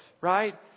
right